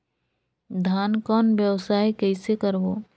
धान कौन व्यवसाय कइसे करबो?